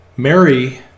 Mary